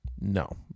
No